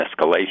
escalation